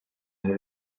muri